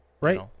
Right